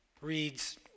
reads